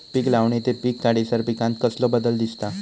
पीक लावणी ते पीक काढीसर पिकांत कसलो बदल दिसता?